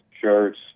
shirts